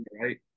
right